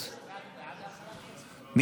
(תיקון מס' 16) (הסדרת העיסוק באימון ספורט),